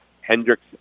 Hendricks